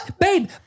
Babe